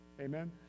Amen